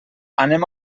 anem